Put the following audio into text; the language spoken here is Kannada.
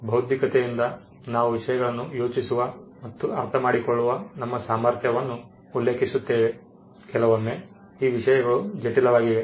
ಬೌದ್ಧಿಕತೆಯಿಂದ ನಾವು ವಿಷಯಗಳನ್ನು ಯೋಚಿಸುವ ಮತ್ತು ಅರ್ಥಮಾಡಿಕೊಳ್ಳುವ ನಮ್ಮ ಸಾಮರ್ಥ್ಯವನ್ನು ಉಲ್ಲೇಖಿಸುತ್ತೇವೆ ಕೆಲವೊಮ್ಮೆ ಈ ವಿಷಯಗಳು ಜಟಿಲವಾಗಿವೆ